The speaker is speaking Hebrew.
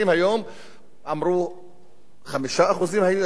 אמרו שהגענו לאבטלה של 5%,